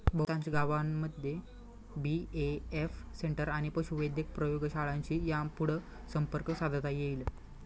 बहुतांश गावांमध्ये BAF centre आणि पशुवैद्यक प्रयोगशाळांशी यापुढं संपर्क साधता येईल